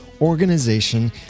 organization